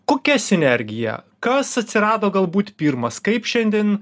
kokia sinergija kas atsirado galbūt pirmas kaip šiandien